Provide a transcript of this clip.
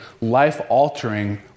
life-altering